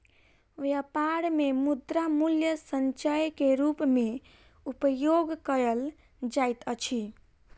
व्यापार मे मुद्रा मूल्य संचय के रूप मे उपयोग कयल जाइत अछि